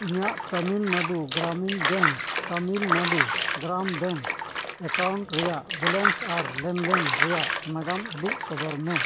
ᱤᱧᱟᱹᱜ Tamil Nadu Gramin bank Tamil Nadu Grama bank account ᱨᱮᱭᱟᱜ balance ᱟᱨ ᱞᱮᱱᱫᱮᱱ ᱨᱮᱭᱟᱜ ᱱᱟᱜᱟᱢ ᱩᱫᱩᱜ ᱥᱚᱫᱚᱨ ᱢᱮ